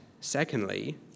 secondly